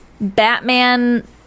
Batman